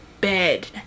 bed